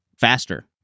faster